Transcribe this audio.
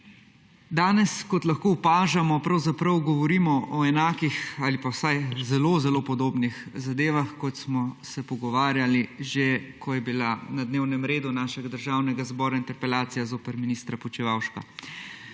Danes, kot lahko opažamo, pravzaprav govorimo o enakih ali pa vsaj zelo, zelo podobnih zadevah, kot smo se pogovarjali že, ko je bila na dnevnem redu našega državnega zbora interpelacija zoper ministra Počivalška.